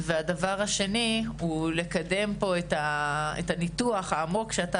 והדבר השני הוא לקדם את הניתוח העמוק שאתה